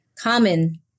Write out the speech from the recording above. Common